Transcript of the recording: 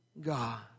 God